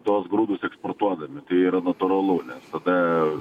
tos grūdus eksportuodami tai yra natūralu nes tada